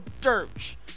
dirge